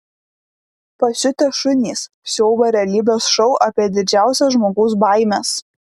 pasiutę šunys siaubo realybės šou apie didžiausias žmogaus baimes